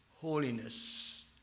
holiness